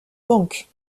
banque